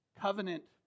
covenant